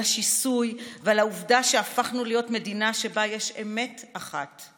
על השיסוי ועל העובדה שהפכנו להיות מדינה שבה יש אמת אחת: